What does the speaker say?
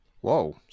whoa